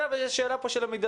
זו שאלה פה של המידתיות.